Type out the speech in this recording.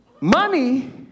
Money